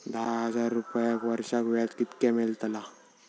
दहा हजार रुपयांक वर्षाक व्याज कितक्या मेलताला?